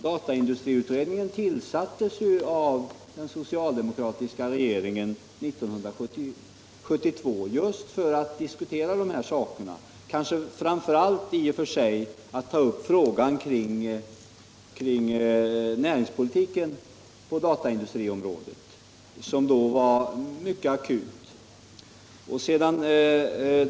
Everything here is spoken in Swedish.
Dataindustriutredningen tillsattes av den socialdemokratiska regeringen 1972 just för att diskutera dessa saker, kanske framför allt för att ta upp frågan kring näringspolitiken på dataindustriområdet, en fråga som då var mycket akut.